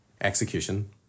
execution